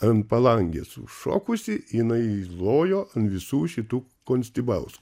ant palangės užšokusi jinai lojo ant visų šitų konstibaus